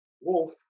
Wolf